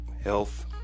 health